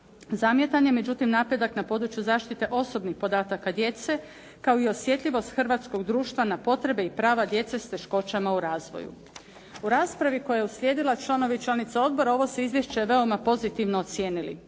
Zamjetan je međutim napredak na području zaštite osobnih podataka djece kao i osjetljivost hrvatskog društva na potrebe i prava djece s teškoćama u razvoju. U raspravi koja je uslijedila članovi i članice odbora, ovo se izvješće veoma pozitivno ocijenili.